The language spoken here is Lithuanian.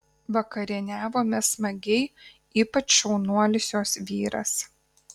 vakarieniavome smagiai ypač šaunuolis jos vyras